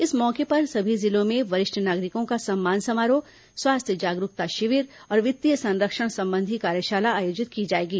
इस मौके पर सभी जिलों में वरिष्ठ नागरिकों का सम्मान समारोह स्वास्थ्य जागरूकता शिविर और वित्तीय संरक्षण संबंधी कार्यशाला आयोजित की जाएंगी